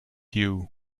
you